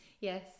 Yes